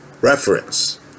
reference